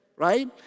right